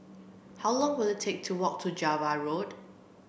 how long will it take to walk to Java Road